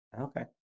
Okay